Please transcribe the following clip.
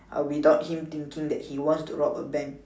uh without him thinking that he wants to rob a bank